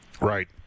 Right